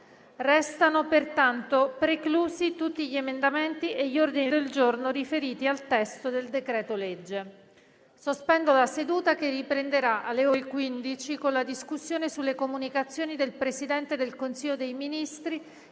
Risultano pertanto preclusi tutti gli emendamenti e gli ordini del giorno riferiti al testo del decreto-legge n. 60. Sospendo la seduta, che riprenderà alle ore 15, con la discussione sulle comunicazioni del Presidente del Consiglio dei ministri